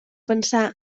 pensar